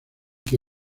que